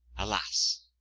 alas,